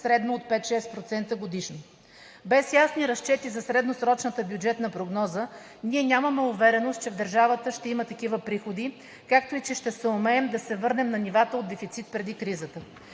средно от 5 – 6% годишно. Без ясни разчети за средносрочната бюджетна прогноза ние нямаме увереност, че държавата ще има такива приходи, както и че ще съумеем да се върнем на нивата от дефицит преди кризата.